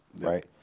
right